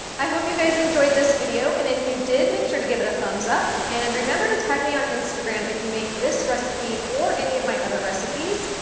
i hope you guys enjoyed this video. and if you did, make sure to give it a thumbs up. and remember to tag me on instagram if you make this recipe or any of my other recipes,